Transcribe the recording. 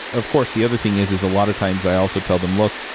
of course, the other thing is, is a lot of times i also tell them, look,